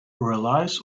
relies